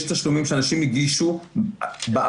יש תשלומים שאנשים הגישו בעבר,